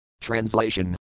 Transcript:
Translation